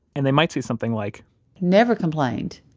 and they might say something like never complained.